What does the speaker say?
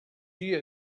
dia